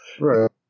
Right